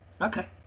Okay